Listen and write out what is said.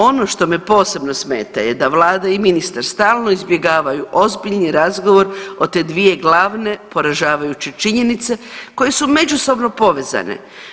Ono što me posebno smeta je da vlada i ministar stalno izbjegavaju ozbiljni razgovor o te dvije glavne poražavajuće činjenice koje su međusobno povezane.